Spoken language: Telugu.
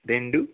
రెండు